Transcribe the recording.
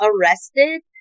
arrested